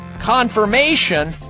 confirmation